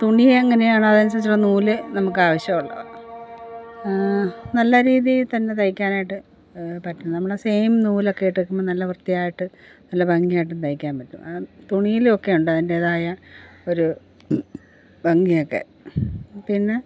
തുണി എങ്ങനെയാണോ അതനുസരിച്ചുള്ള നൂല് നമുക്ക് ആവശ്യമുള്ളത് നല്ല രീതിയിൽ തന്നെ തൈക്കാനായിട്ട് പറ്റും നമ്മൾ സെയിം നൂലൊക്കെയിട്ട് നല്ല വൃത്തിയായിട്ട് നല്ല ഭംഗി ആയിട്ടും തൈക്കാൻ പറ്റും ആ തുണിയിലൊക്കെ ഉണ്ട് അതിൻ്റെതായ ഒരു ഭംഗി ഒക്കെ പിന്നെ